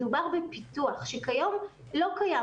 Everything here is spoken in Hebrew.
מדובר בפיתוח שכיום לא קיים.